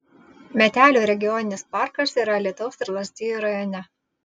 metelių regioninis parkas yra alytaus ir lazdijų rajone